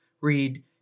read